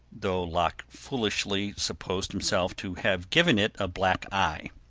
though locke foolishly supposed himself to have given it a black eye.